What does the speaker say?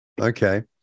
Okay